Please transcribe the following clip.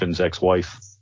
ex-wife